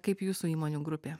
kaip jūsų įmonių grupė